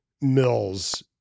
Mills